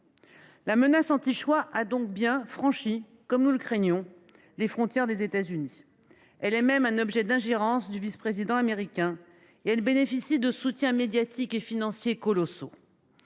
La menace anti choix a donc bien franchi, comme nous le craignions, les frontières des États Unis. Elle est même un objet d’ingérence du vice président américain et bénéficie de soutiens médiatiques et financiers colossaux.